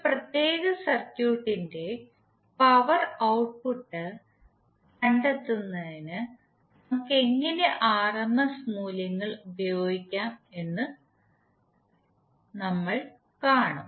ഒരു പ്രത്യേക സർക്യൂട്ടിന്റെ പവർ ഔട്ട്പുട്ട് കണ്ടെത്തുന്നതിന് നമുക്ക് എങ്ങനെ ആർഎംഎസ് മൂല്യങ്ങൾ ഉപയോഗിക്കാം എന്നും നമ്മൾ കാണും